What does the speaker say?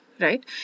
Right